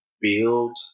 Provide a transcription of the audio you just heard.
build